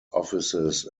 offices